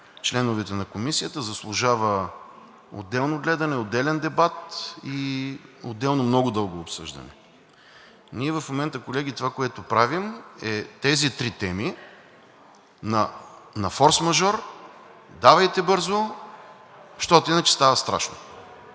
членовете на Комисията заслужава отделно гледане, отделен дебат и отделно много дълго обсъждане. Ние в момента, колеги, това, което правим, е тези три теми на форсмажор, давайте бързо, защото иначе става страшно.